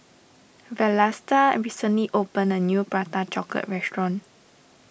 Vlasta recently opened a new Prata Chocolate restaurant